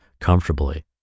comfortably